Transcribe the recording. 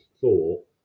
thought